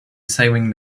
saving